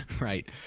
Right